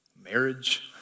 marriage